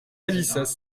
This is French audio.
alissas